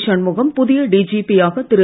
ஷண்முகம் புதிய டிஜிபி யாக திரு